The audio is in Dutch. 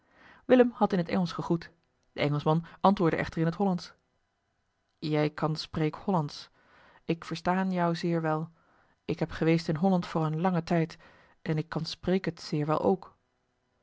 willem had in t engelsch gegroet de engelschman antwoordde echter in t hollandsch jij kan spreek hollandsch ik verstaan jou zeer wel ik heb geweest in holland voor een langen tijd en ik kan spreek het zeer wel ook